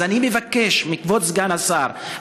אז אני מבקש מכבוד סגן השר,